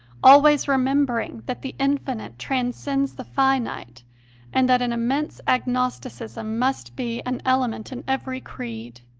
always remembering that the infinite transcends the finite and that an immense agnosticism must be an ele ment in every creed